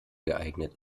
geeignet